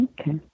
okay